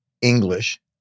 English